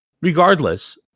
Regardless